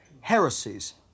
heresies